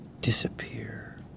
disappear